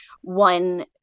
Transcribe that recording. one